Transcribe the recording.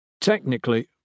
Technically